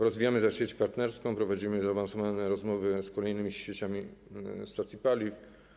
Rozwijamy też sieć partnerską, prowadzimy zaawansowane rozmowy z kolejnymi sieciami stacji paliw.